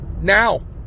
now